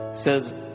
says